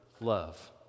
love